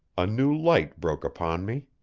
a new light broke upon me.